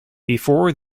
before